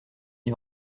n’y